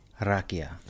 Rakia